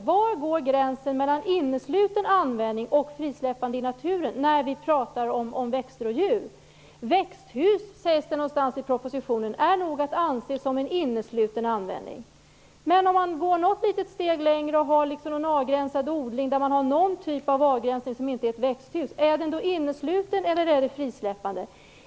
Var går gränsen mellan innesluten användning och frisläppande i naturen, när vi talar om växter och djur? Det sägs någonstans i propositionen att växthus nog är att anse som en innesluten användning. Man kan gå något steg längre och ha en avgränsad odling, där man har någon typ av avgränsning som inte är ett växthus. Är det då fråga om en innesluten användning eller ett frisläppande?